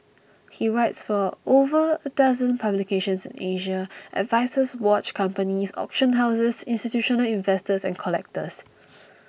he writes for over a dozen publications in Asia and advises watch companies auction houses institutional investors and collectors